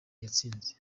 yatsinze